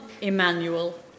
Emmanuel